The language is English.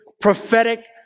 prophetic